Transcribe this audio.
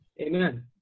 Amen